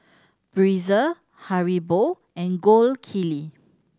Breezer Haribo and Gold Kili